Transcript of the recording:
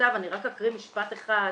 אני רק אקריא משפט אחד.